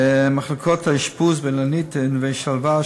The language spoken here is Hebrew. מחלקות האשפוז ב"אילנית" וב"נווה שלווה",